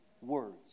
words